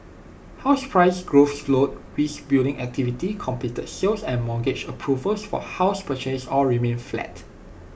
house price growth slowed whilst building activity completed sales and mortgage approvals for house purchase all remained flat